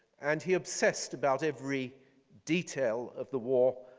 and he obsessed about every detail of the war.